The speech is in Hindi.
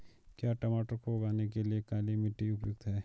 क्या मटर को उगाने के लिए काली मिट्टी उपयुक्त है?